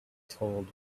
told